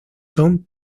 son